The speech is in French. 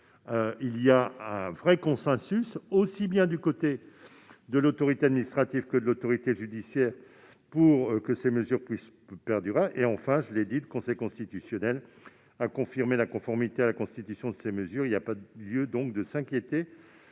un vrai consensus se dessine, du côté aussi bien de l'autorité administrative que de l'autorité judiciaire, pour que ces mesures puissent perdurer. Enfin- je l'ai dit -, le Conseil constitutionnel a confirmé la conformité à la Constitution de ces mesures. Il n'y a par conséquent pas lieu de s'inquiéter